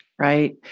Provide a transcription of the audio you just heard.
Right